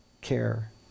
care